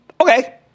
Okay